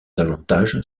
davantage